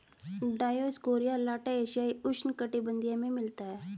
Dioscorea alata एशियाई उष्णकटिबंधीय में मिलता है